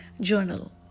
journal